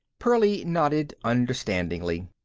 pearlie nodded understandingly.